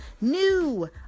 new